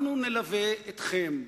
אנחנו נלווה אתכם.